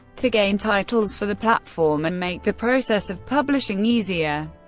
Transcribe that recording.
to gain titles for the platform and make the process of publishing easier.